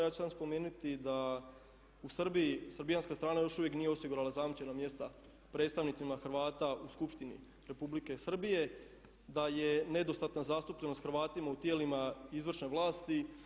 Ja ću samo spomenuti da u Srbiji, srbijanska strana još uvijek nije osigurala zajamčena mjesta predstavnicima Hrvata u Skupštini Republike Srbije, da je nedostatna zastupljenost Hrvatima u tijelima izvršne vlasti.